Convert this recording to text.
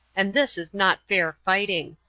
and this is not fair fighting.